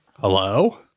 Hello